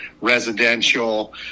residential